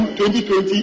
2020